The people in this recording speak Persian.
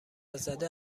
زده